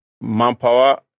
manpower